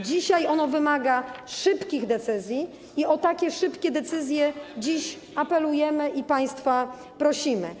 Dzisiaj ono wymaga szybkich decyzji, i o takie szybkie decyzje dziś apelujemy i państwa prosimy.